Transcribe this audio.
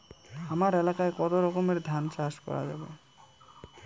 হামার এলাকায় কতো রকমের ধান চাষ করা যাবে?